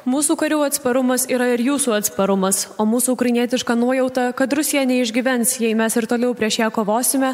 mūsų karių atsparumas yra ir jūsų atsparumas o mūsų ukrainietiška nuojauta kad rusija neišgyvens jei mes ir toliau prieš ją kovosime